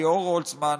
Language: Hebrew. ליאת בולצמן,